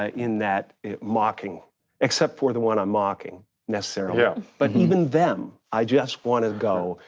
ah in that mocking except for the one i'm mocking necessarily, yeah but even them i just wanna go,